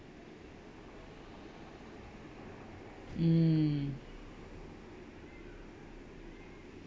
mm